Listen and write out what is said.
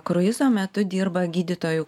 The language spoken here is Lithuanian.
kruizo metu dirba gydytojų